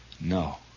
no